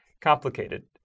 complicated